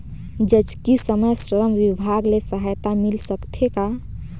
जचकी समय श्रम विभाग ले सहायता मिल सकथे का?